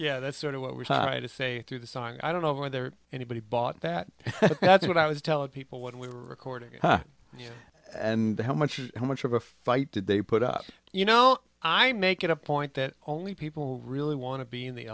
yeah that's sort of what we're trying to say through the song i don't know whether anybody bought that that's what i was telling people what we were recording and how much how much of a fight did they put up you know i make it a point that only people really want to be in the